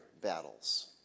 battles